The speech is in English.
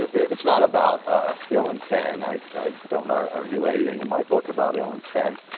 it's not about ill intent. i don't argue anything in my book about ill intent.